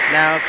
now